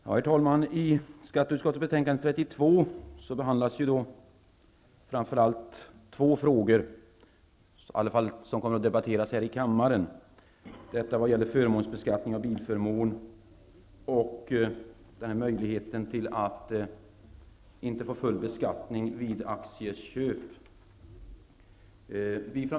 Herr talman! När det gäller skatteutskottets betänkande nr 32 är det framför allt två frågor som kommer att debatteras här i kammaren. Det gäller beskattningen av bilförmåner och möjligheten att slippa full beskattning vid aktieköp.